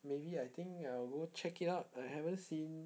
maybe I think I will go check it out I haven't seen